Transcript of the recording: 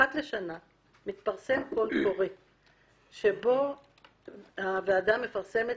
אחת לשנה מתפרסם קול קורא שבו הוועדה מפרסמת